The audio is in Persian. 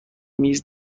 میز